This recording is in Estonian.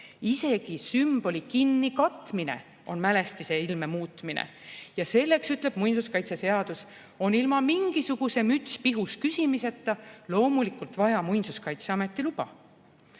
isegi sümboli kinnikatmine on mälestise ilme muutmine. Ja selleks, ütleb muinsuskaitseseadus, on ilma mingisuguse müts-pihus-küsimiseta loomulikult vaja Muinsuskaitseameti luba.